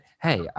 hey